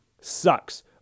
sucks